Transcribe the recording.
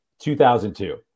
2002